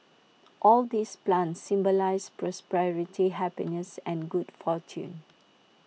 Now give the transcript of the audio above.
all these plants symbolise prosperity happiness and good fortune